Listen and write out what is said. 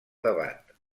debat